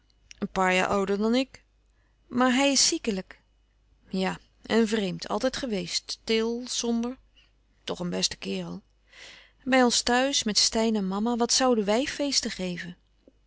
een paar jaar ouder dan ik maar hij is ziekelijk ja en vreemd altijd geweest stil somber toch een beste kerel bij ons thuis met steyn en mama wat zouden wij feesten geven